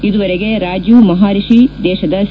ಇದುವರೆಗೆ ರಾಜೀವ್ ಮಹಾರಿಷಿ ದೇಶದ ಸಿ